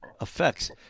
effects